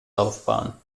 laufbahn